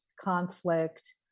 conflict